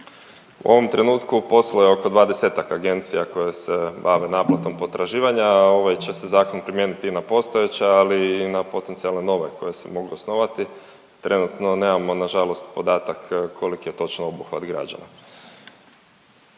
U ovom trenutku posluje oko 20-ak agencija koje se bave naplatom potraživanja, a ovaj će se zakon primijeniti na postojeće ali i na potencijalne nove koje se mogu osnovati. Trenutno nemam na žalost podatak koliki je točno obuhvat građana.